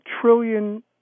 trillion